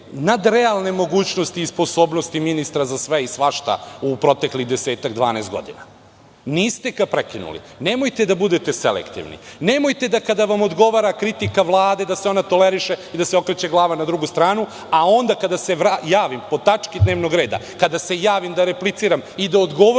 nadrealne mogućnosti i sposobnosti ministra za sve i svašta u proteklih 10-12 godina. Niste ga prekinuli. Prema tome, nemojte da budete selektivni. Nemojte da kada vam odgovara kritika Vlade, da se ona toleriše i da se okreće glava na drugu stranu, a onda kada se javim po tački dnevnog reda, kada se javim da repliciram i da odgovorim